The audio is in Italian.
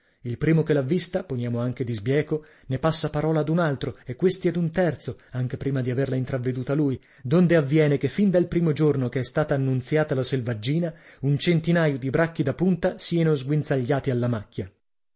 il primo che l'ha vista poniamo anche di sbieco ne passa parola ad un altro e questi ad un terzo anche prima di averla intravveduta lui donde avviene che fin dal primo giorno che è stata annunziata la selvaggina un centinaio di bracchi da punta sieno sguinzagliati alla macchia